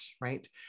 right